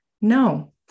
No